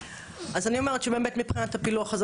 אז אני אומרת שבאמת מבחינת הפילוח אנחנו